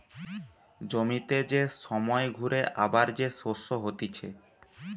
জমিতে যে সময় ঘুরে আবার যে শস্য হতিছে